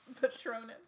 Patronus